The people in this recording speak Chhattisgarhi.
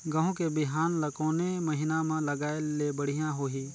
गहूं के बिहान ल कोने महीना म लगाय ले बढ़िया होही?